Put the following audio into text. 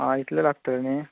आं इतलें लागतलें न्ही